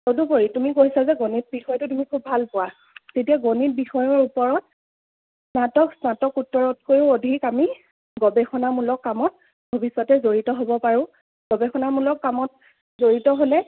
তদুপৰি তুমি কৈছা যে গণিত বিষয়টো তুমি খুব ভাল পোৱা এতিয়া গণিত বিষয়ৰ ওপৰত স্নাতক স্নাতকোত্তৰতকৈয়ো অধিক আমি গৱেষণামূলক কামত ভৱিষ্যতে জড়িত হ'ব পাৰোঁ গৱেষণামূলক কামত জড়িত হ'লে